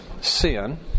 sin